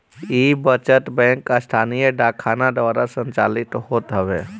इ बचत बैंक स्थानीय डाक खाना द्वारा संचालित होत हवे